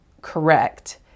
correct